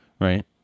right